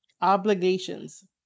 Obligations